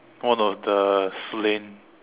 one of the slain